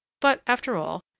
but, after all,